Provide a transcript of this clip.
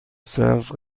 سبز